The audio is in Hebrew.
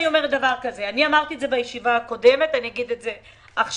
אמרתי בישיבה הקודמת ואני אומר את זה עכשיו.